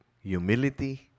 humility